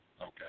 Okay